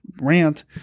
rant